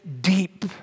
deep